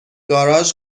گاراژ